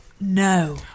No